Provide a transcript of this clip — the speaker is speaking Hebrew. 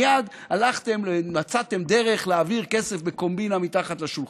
מייד הלכתם ומצאתם דרך להעביר כסף בקומבינה מתחת לשולחן.